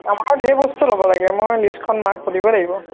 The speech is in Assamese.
আমাৰো ধেৰ বস্তু ল'ব লাগে মই লিষ্টখন মাক সুধিব লাগিব